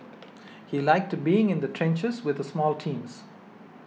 he liked being in the trenches with small teams